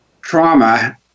trauma